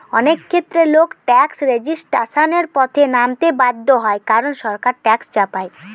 অনেক ক্ষেত্রে লোক ট্যাক্স রেজিস্ট্যান্সের পথে নামতে বাধ্য হয় কারণ সরকার ট্যাক্স চাপায়